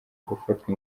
gufatwa